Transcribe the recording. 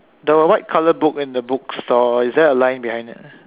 the white color book in the bookstore is there a line behind it